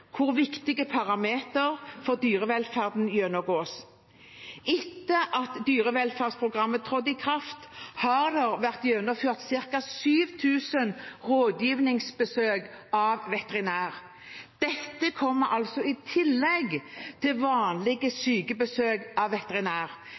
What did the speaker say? hvor viktige parametere for dyrevelferden gjennomgås. Etter at dyrevelferdsprogrammet trådte i kraft, har det vært gjennomført ca. 7 000 rådgivingsbesøk av veterinær. Dette kommer altså i tillegg til vanlige